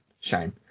shame